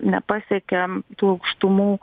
nepasiekia tų aukštumų